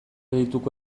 deituko